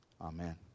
amen